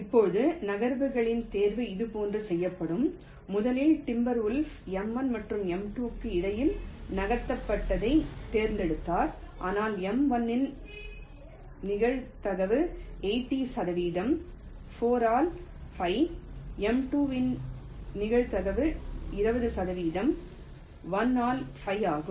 இப்போது நகர்வுகளின் தேர்வு இதுபோன்று செய்யப்பட்டது முதலில் டிம்பர் வொல்ஃப் M1 மற்றும் M2 க்கு இடையில் நகர்த்தப்பட்டதைத் தேர்ந்தெடுத்தார் ஆனால் M1 இன் நிகழ்தகவு 80 சதவிகிதம் 4 ஆல் 5 எம் 2 இன் நிகழ்தகவு 20 சதவிகிதம் 1 ஆல் 5 ஆகும்